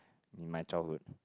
in my childhood